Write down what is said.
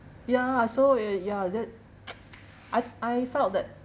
ya so uh ya that I I felt that